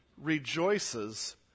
rejoices